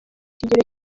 kigero